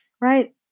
right